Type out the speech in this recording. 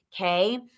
Okay